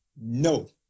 no